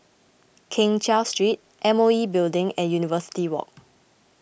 Keng Cheow Street M O E Building and University Walk